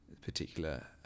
particular